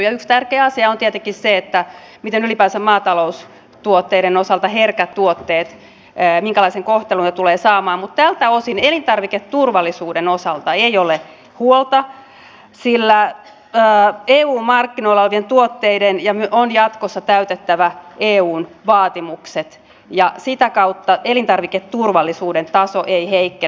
yksi tärkeä asia on tietenkin se minkälaisen kohtelun ylipäänsä maataloustuotteiden osalta herkät tuotteet tulevat saamaan mutta tältä osin elintarviketurvallisuuden osalta ei ole huolta sillä eun markkinoilla olevien tuotteiden on jatkossa täytettävä eun vaatimukset ja sitä kautta elintarviketurvallisuuden taso ei heikkene